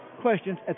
Questions